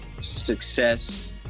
success